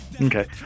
Okay